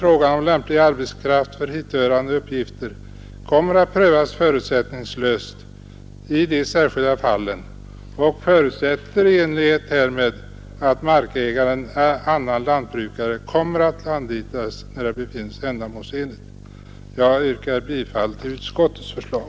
Jag tror inte att turister och sommarstugeägare söker sig till dessa områden, utan de kommer att 175 liksom hittills söka sig till områden som ännu är befolkade och ur deras synpunkt mera attraktiva. Jag yrkar bifall till utskottets förslag.